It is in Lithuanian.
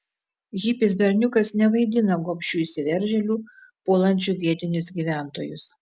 hipis berniukas nevaidina gobšių įsiveržėlių puolančių vietinius gyventojus